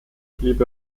blieb